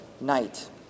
night